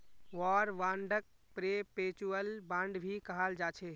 war बांडक perpetual bond भी कहाल जाछे